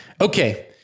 Okay